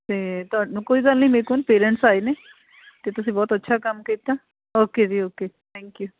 ਅਤੇ ਤੁਹਾਨੂੰ ਕੋਈ ਗੱਲ ਨਹੀਂ ਮੇਰੇ ਕੋਲ ਨਾ ਪੇਰੈਂਟਸ ਆਏ ਨੇ ਅਤੇ ਤੁਸੀਂ ਬਹੁਤ ਅੱਛਾ ਕੰਮ ਕੀਤਾ ਓਕੇ ਜੀ ਓਕੇ ਥੈਂਕ ਯੂ